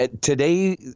today